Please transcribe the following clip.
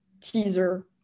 teaser